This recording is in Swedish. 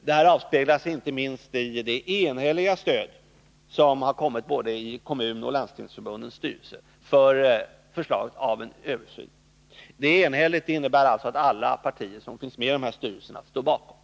Det här avspeglas inte minst i det enhälliga stöd för förslaget om en översyn som kommit från både Kommunförbundets och Landstingsförbundets styrelser. Stödet är som sagt enhälligt, och det innebär att alla partier som finns med i de här styrelserna står bakom.